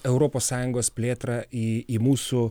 europos sąjungos plėtrą į į mūsų